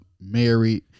married